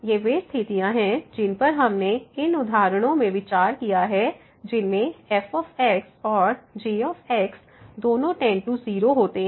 ये वे स्थितियां हैं जिन पर हमने इन उदाहरणों में विचार किया है जिनमें f और g दोनों टेंड टु 0 होते हैं